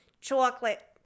Chocolate